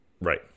Right